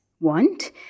want